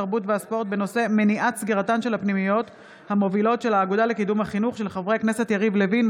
התרבות והספורט בעקבות דיון בהצעתם של חברי הכנסת יריב לוין,